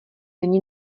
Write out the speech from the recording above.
není